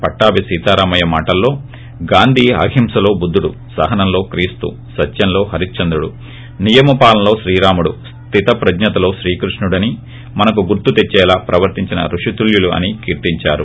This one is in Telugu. పట్టాభి సీతారామయ్య మాటల్లో గాంధీ అహింసలో బుద్గుడు సహసంలో క్రీస్తు సత్యంలో హరిశ్చంద్రుడు నియమ పాలనలో శ్రీరాముడు స్లిత ప్రజ్ఞతలో శ్రీకృష్ణుడుని మనకు గుర్తుకు తెచ్చేలా ప్రవర్తించిన రుషి తుల్యులు అని కీర్తించారు